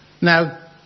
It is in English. Now